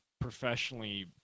professionally